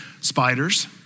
Spiders